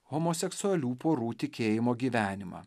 homoseksualių porų tikėjimo gyvenimą